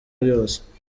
yose